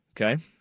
Okay